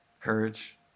Courage